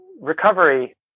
recovery